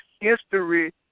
history